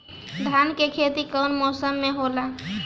धान के खेती कवन मौसम में होला?